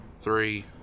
three